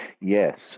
Yes